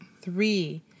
Three